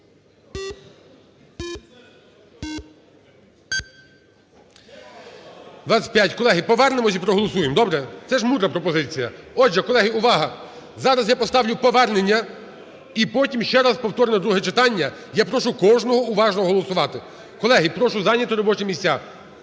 Колеги, повернемося і проголосуємо. Добре? Це ж мудра пропозиція. Отже, колеги, увага! Зараз я поставлю повернення і потім – ще раз повторне друге читання. Я прошу кожного уважно голосувати. Колеги, прошу зайняти робочі місця.